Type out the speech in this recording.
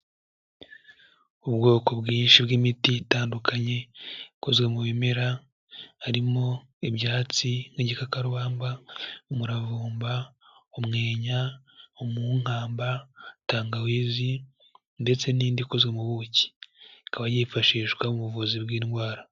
Ubwoko bwinshi bw'imiti itandukanye ikozwe mu bimera, harimo ibyatsi n'igikakarubamba, umuravumba, umwenya, umunkamba, tangawizi ndetse n'indi ikozwe mu buki, ikaba yifashishwa mu buvuzi bw'indwara.